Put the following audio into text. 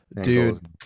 dude